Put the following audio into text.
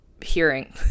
hearing